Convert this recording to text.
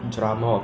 comedy